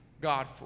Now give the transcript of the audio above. God